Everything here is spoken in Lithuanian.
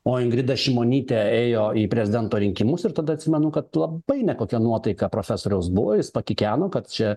o ingrida šimonytė ėjo į prezidento rinkimus ir tada atsimenu kad labai nekokia nuotaika profesoriaus buvo jis pakikeno kad čia